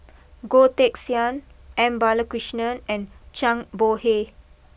Goh Teck Sian M Balakrishnan and Zhang Bohe